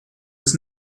was